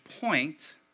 point